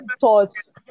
thoughts